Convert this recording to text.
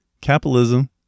capitalism